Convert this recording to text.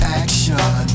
action